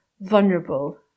vulnerable